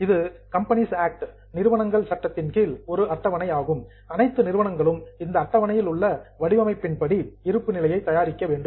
இது companies act நிறுவனங்கள் சட்டத்தின் கீழ் ஒரு அட்டவணை ஆகும் அனைத்து நிறுவனங்களும் இந்த அட்டவணையில் உள்ள வடிவமைப்பின்படி இருப்புநிலை தயாரிக்க வேண்டும்